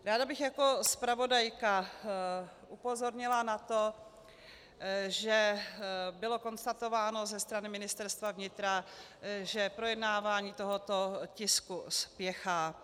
Ráda bych jako zpravodajka upozornila na to, že bylo konstatováno ze strany Ministerstva vnitra, že projednávání tohoto tisku spěchá.